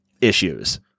issues